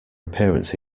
appearance